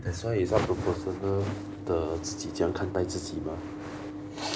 that's why is up to personal the 自己怎么样看待自己 mah